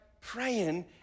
praying